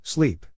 Sleep